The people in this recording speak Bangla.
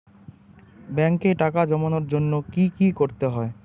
ব্যাংকে টাকা জমানোর জন্য কি কি করতে হয়?